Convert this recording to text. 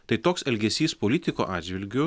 tai toks elgesys politiko atžvilgiu